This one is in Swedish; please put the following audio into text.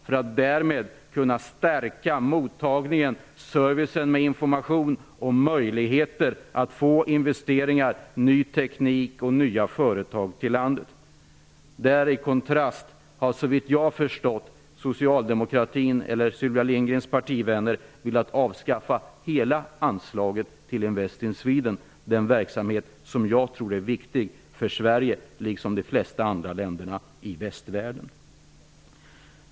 Därmed skulle vi kunna stärka mottagningen, informationsservicen och möjligheterna att få investeringar, ny teknik och nya företag till landet. Såvitt jag har förstått har Sylvia Lindgrens partivänner velat avskaffa hela anslaget till Invest in Sweden -- den verksamhet som jag tror är viktig för Sverige och de flesta andra länder i västvärlden.